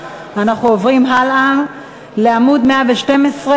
טיפול קהילתי באוטיסטים,